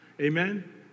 Amen